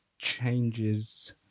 changes